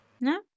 No